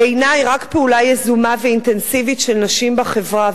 בעיני רק פעולה יזומה ואינטנסיבית של נשים בחברה,